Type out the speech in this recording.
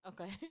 Okay